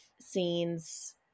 scenes